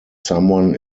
someone